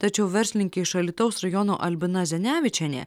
tačiau verslininkė iš alytaus rajono albina zenevičienė